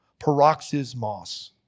Paroxysmos